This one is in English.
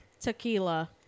Tequila